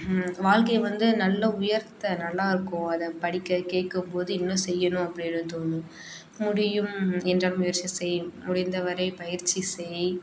வாழ்க்கையை வந்து நல்ல உயர்த்த நல்லா இருக்கும் அதை படிக்க கேட்கும் போது இன்னும் செய்யணும் அப்படினும் தோணும் முடியும் என்றாலும் முயற்சி செய்யும் முடிந்த வரை பயிற்சி செய்